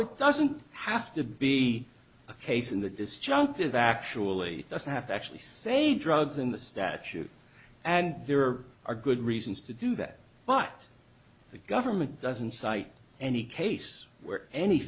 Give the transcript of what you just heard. it doesn't have to be a case in the disjunctive actually doesn't have to actually say drugs in the statute and there are good reasons to do that but the government doesn't cite any case where any